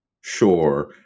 Sure